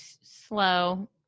slow